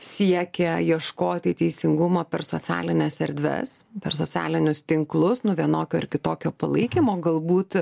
siekia ieškoti teisingumo per socialines erdves per socialinius tinklus nu vienokio ar kitokio palaikymo galbūt